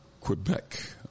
Quebec